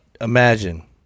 imagine